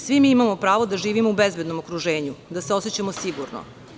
Svi mi imamo pravo da živimo u bezbednom okruženju, da se osećamo sigurno.